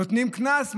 נותנים קנס,